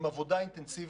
כולל עבודה אינטנסיבית.